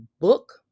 book